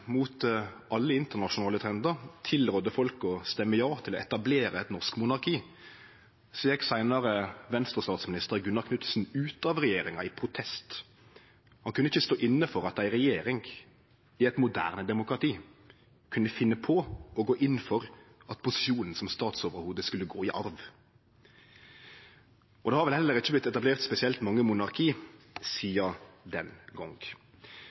mot alle internasjonale trendar tilrådde folk å stemme ja til å etablere eit norsk monarki, gjekk seinare Venstre-statsminister Gunnar Knudsen ut av regjeringa i protest. Han kunne ikkje stå inne for at ei regjering i eit moderne demokrati kunne finne på å gå inn for at posisjonen som statsoverhovud skulle gå i arv. Det har vel heller ikkje vorte etablert spesielt mange monarki sidan den